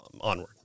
onward